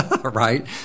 right